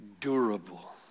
durable